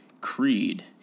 Creed